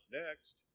next